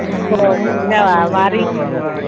औ गुदुं जाबा मारै लोंनांगौ दे